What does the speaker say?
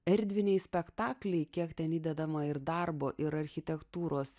erdviniai spektakliai kiek ten įdedama ir darbo ir architektūros